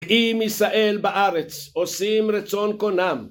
אם ישראל בארץ עושים רצון קונם